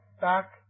back